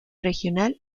regional